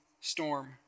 storm